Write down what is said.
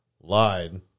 lied